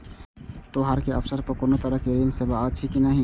त्योहार के अवसर पर कोनो तरहक ऋण सेवा अछि कि नहिं?